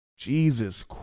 Jesus